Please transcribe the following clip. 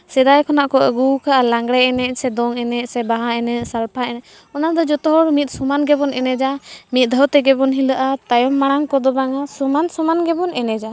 ᱥᱮᱫᱟᱭ ᱠᱷᱚᱱᱟᱜ ᱠᱚ ᱟᱹᱜᱩᱣᱟᱠᱟᱫᱼᱟ ᱞᱟᱜᱽᱬᱮ ᱮᱱᱮᱡ ᱥᱮ ᱫᱚᱝ ᱮᱱᱮᱡ ᱥᱮ ᱵᱟᱦᱟ ᱮᱱᱮᱡ ᱥᱟᱲᱯᱟ ᱮᱱᱮᱡ ᱚᱱᱟᱫᱚ ᱡᱚᱛᱚ ᱦᱚᱲ ᱢᱤᱫ ᱥᱚᱢᱟᱱ ᱜᱮᱵᱚᱱ ᱮᱱᱮᱡᱟ ᱢᱤᱫ ᱫᱷᱟᱹᱣ ᱛᱮᱜᱮ ᱵᱚᱱ ᱦᱤᱞᱟᱹᱜᱼᱟ ᱛᱟᱭᱚᱢ ᱢᱟᱲᱟᱝ ᱠᱚᱫᱚ ᱵᱟᱝᱟ ᱥᱚᱢᱟᱱ ᱥᱚᱢᱟᱱ ᱜᱮᱵᱚᱱ ᱮᱱᱮᱡᱟ